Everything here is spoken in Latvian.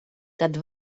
tad